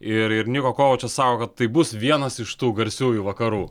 ir ir niko kovačas sako kad tai bus vienas iš tų garsiųjų vakarų